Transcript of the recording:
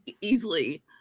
easily